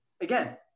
Again